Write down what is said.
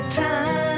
time